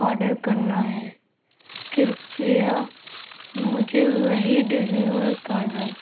order کرنا ہے کرپیا مجھے وہی ڈیلیور کر دو